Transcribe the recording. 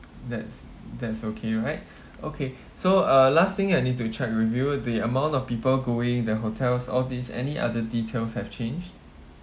that's that's okay right okay so uh last thing I need to check with you the amount of people going the hotels all these any other details have changed